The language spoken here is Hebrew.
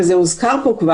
וכבר הוזכר פה,